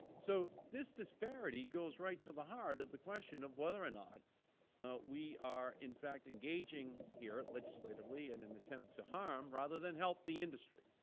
so this disparity goes right to the heart of the question of whether or not we are, in fact, engaging here legislatively and in an attempt to harm rather than help the industry.